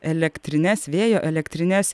elektrines vėjo elektrines